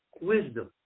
wisdom